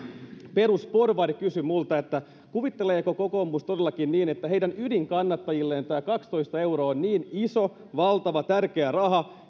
perusporvari kysyi minulta että kuvitteleeko kokoomus todellakin niin että heidän ydinkannattajilleen tämä kaksitoista euroa on niin iso valtava tärkeä raha